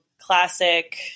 Classic